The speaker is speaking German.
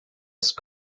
ist